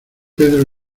pedro